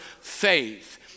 faith